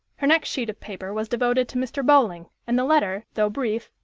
her next sheet of paper was devoted to mr. bowling, and the letter, though brief,